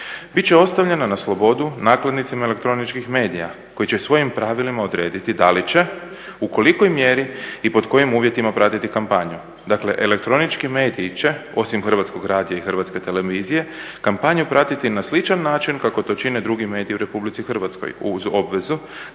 će ostavljeno na slobodu nakladnicima elektroničkih medija koji će svojim pravilima odrediti da li će, u kolikoj mjeri i pod kojim uvjetima pratiti kampanju. Dakle, elektronički mediji će, osim Hrvatskog radija i Hrvatske televizije, kampanju pratiti na sličan način kako to čine drugi mediji u RH, uz obvezu